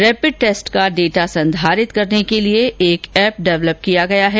rapid test का data संधारित करने के लिए एक ऐप डेवलप किया गया है